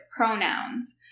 pronouns